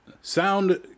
sound